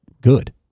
good